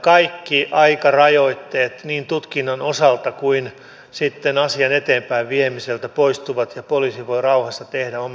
kaikki aikarajoitteet niin tutkinnan osalta kuin asian eteenpäinviemiseltä poistuvat ja poliisi voi rauhassa tehdä oman tutkintatyönsä